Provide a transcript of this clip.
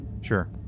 Sure